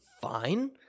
fine